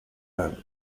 men